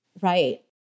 Right